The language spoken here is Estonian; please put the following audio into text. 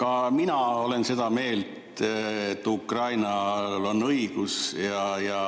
ka mina olen seda meelt, et Ukrainal on õigus ja